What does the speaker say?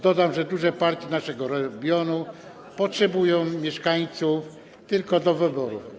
Dodam, że duże partie naszego regionu potrzebują mieszkańców tylko do wyborów.